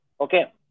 okay